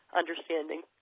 understanding